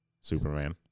Superman